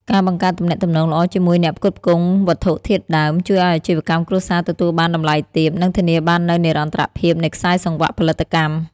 ការបង្កើតទំនាក់ទំនងល្អជាមួយអ្នកផ្គត់ផ្គង់វត្ថុធាតុដើម ជួយឱ្យអាជីវកម្មគ្រួសារទទួលបានតម្លៃទាប និងធានាបាននូវនិរន្តរភាពនៃខ្សែសង្វាក់ផលិតកម្ម។